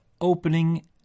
opening